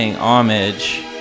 homage